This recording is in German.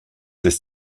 des